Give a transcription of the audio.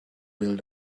build